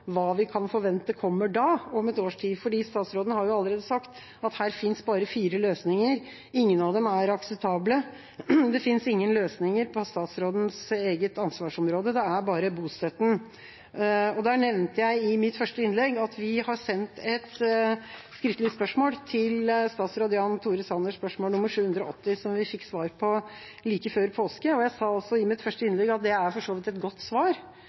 hva vi kan forvente kommer da, om et års tid, for statsråden har allerede sagt at her finnes bare fire løsninger, og ingen av dem er akseptable. Det finnes ingen løsninger på statsrådens eget ansvarsområde, det er bare bostøtten. Jeg nevnte i mitt første innlegg at vi har sendt et skriftlig spørsmål til statsråd Jan Tore Sanner, spørsmål nr. 780, som vi fikk svar på like før påske. Jeg sa også i mitt første innlegg at det for så vidt er et godt svar,